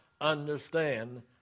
understand